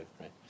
right